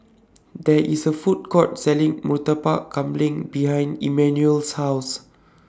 There IS A Food Court Selling Murtabak Kambing behind Emmanuel's House